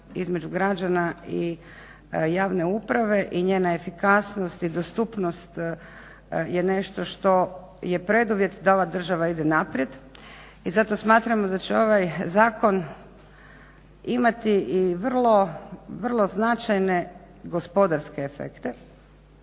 između građana i javne uprave i njena efikasnosti i dostupnost je nešto što je preduvjet da ova država ide naprijed. I zato smatramo da će ovaj zakon imati i vrlo, vrlo značajne gospodarske efekte,